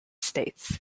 states